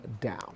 down